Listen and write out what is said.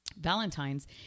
Valentine's